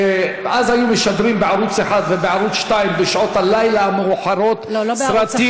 אז היו משדרים בערוץ 1 ובערוץ 2 בשעות הלילה המאוחרות סרטים,